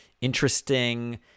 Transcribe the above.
interesting